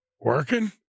Working